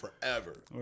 forever